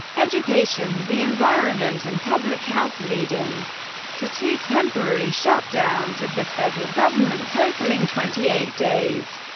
education, the environment and public health, leading to two temporary shutdowns of the federal government totaling twenty eight days.